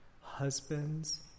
husbands